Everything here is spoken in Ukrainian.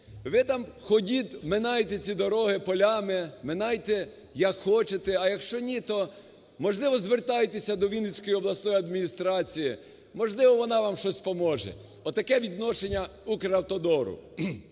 Ви там ходіть, минайте ці дороги полями, минайте, як хочете, а якщо ні, то, можливо, звертайтесь до Вінницької обласної адміністрації, можливо, вона вам щось поможе – отаке відношення "Укравтодору".